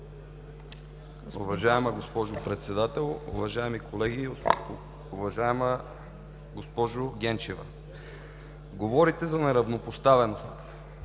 Уважаема госпожо Председател, уважаеми колеги! Уважаема госпожо Ганчева, говорите за неравнопоставеност.